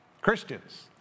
Christians